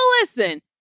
listen